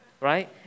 right